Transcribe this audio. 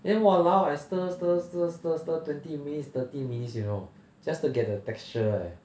then !walao! I stir stir stir stir stir twenty minutes thirty minutes you know just to get the texture eh